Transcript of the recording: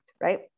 right